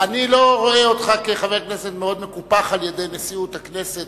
אני לא רואה אותך כחבר כנסת מאוד מקופח על-ידי נשיאות הכנסת.